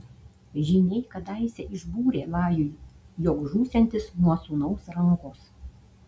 žyniai kadaise išbūrė lajui jog žūsiantis nuo sūnaus rankos